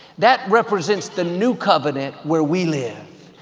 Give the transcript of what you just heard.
that represents the new covenant where we live.